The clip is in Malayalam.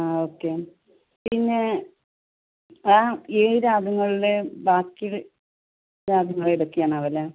ആ ഓക്കെ പിന്നെ ആ ഏഴ് രാഗങ്ങളുടെ ബാക്കി രാഗങ്ങൾ ഏതൊക്കെയാണ് അതിൽ